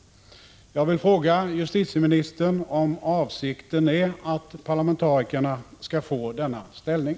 Jag vill fråga justitieministern om avsikten är att parlamentarikerna skall få denna ställning.